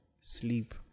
Sleep